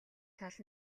тал